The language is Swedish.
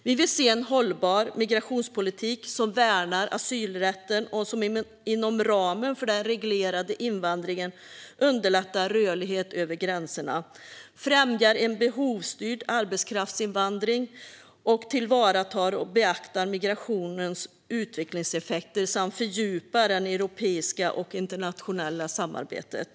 Vi vill se en hållbar migrationspolitik som värnar asylrätten och som inom ramen för den reglerade invandringen underlättar rörlighet över gränser, främjar en behovsstyrd arbetskraftsinvandring och tillvaratar och beaktar migrationens utvecklingseffekter samt fördjupar det europeiska och internationella samarbetet.